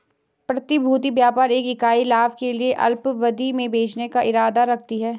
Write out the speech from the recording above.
प्रतिभूति व्यापार एक इकाई लाभ के लिए अल्पावधि में बेचने का इरादा रखती है